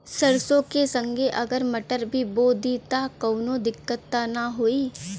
सरसो के संगे अगर मटर भी बो दी त कवनो दिक्कत त ना होय?